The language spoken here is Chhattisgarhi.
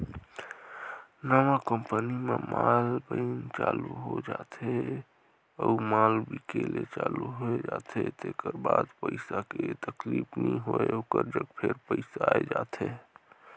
नवा कंपनी म माल बइन चालू हो जाथे अउ माल बिके ले चालू होए जाथे तेकर बाद पइसा के तकलीफ नी होय ओकर जग फेर पइसा आए जाथे